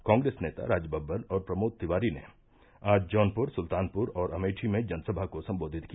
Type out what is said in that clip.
कॉप्रेस नेता राजबब्बर और प्रमोद तिवारी ने आज जौनपुर सुल्तानपुर और अमेठी में जनसभा को सम्बोधित किया